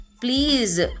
please